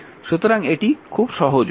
সুতরাং এটি খুব সহজ উপায়